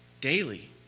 daily